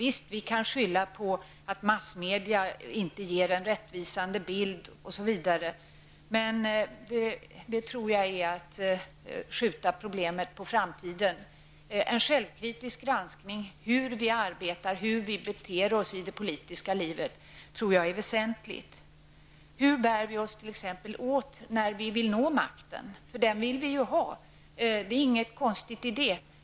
Visst kan man skylla på att massmedia inte ger en rättvisande bild, men då skjuter man problemet på framtiden. Det är väsentligt att granska hur vi arbetar och beter oss i det politiska livet. Hur bär vi oss åt t.ex. när vi vill nå makten? Vi vill ju ha makt och, det är inte något konstigt med det.